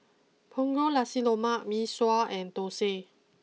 Punggol Nasi Lemak Mee Sua and Thosai